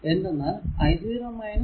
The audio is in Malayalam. എന്തെന്നാൽ i 0 0